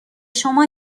شما